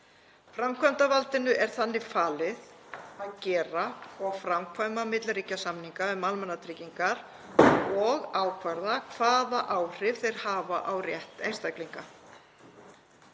Framkvæmdarvaldinu er þannig falið að gera og framkvæma milliríkjasamninga um almannatryggingar og ákvarða hvaða áhrif þeir hafa á rétt einstaklinga.